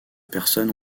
personnes